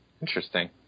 Interesting